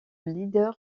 leader